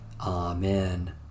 Amen